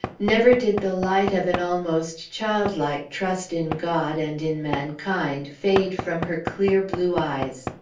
never did the light of an almost childlike trust in god and in mankind fade from her clear blue eyes.